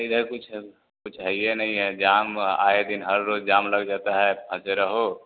इधर कुछ कुछ है नहीं है जाम आए दिन हर रोज़ जाम लग जाता है फँसे रहो